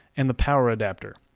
and the power adapter.